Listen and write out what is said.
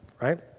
right